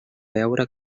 veure